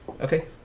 Okay